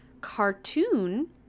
cartoon